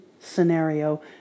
scenario